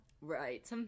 Right